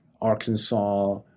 Arkansas